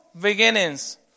beginnings